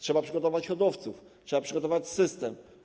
Trzeba przygotować hodowców, trzeba przygotować system.